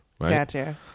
Gotcha